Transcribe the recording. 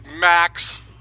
Max